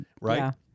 right